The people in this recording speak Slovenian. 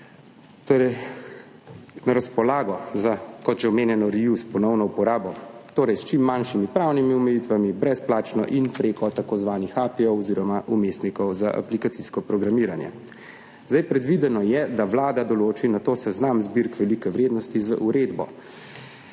na razpolago za, kot že omenjeno, reuse, ponovno uporabo, torej s čim manjšimi pravnimi omejitvami, brezplačno in prek tako imenovanih API oziroma vmesnikov za aplikacijsko programiranje. Predvideno je, da nato Vlada določi seznam zbirk velike vrednosti z uredbo,